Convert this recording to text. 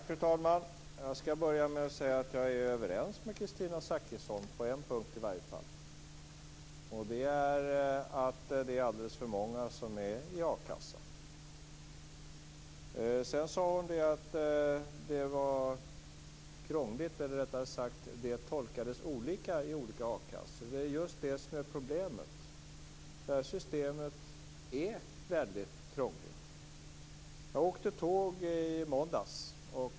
Fru talman! Jag skall börja med att säga att jag är överens med Kristina Zakrisson i alla fall på en punkt. Det är att det är alldeles för många som är beroende av a-kassa. Hon sade att reglerna tolkades olika i olika akassor. Det är just det som är problemet. Systemet är väldigt krångligt. Jag åkte tåg i måndags.